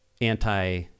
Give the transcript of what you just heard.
anti